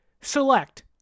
select